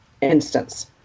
instance